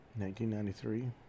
1993